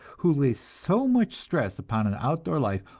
who lay so much stress upon an outdoor life,